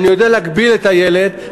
להגביל את האינטרנט,